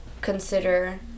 consider